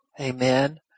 Amen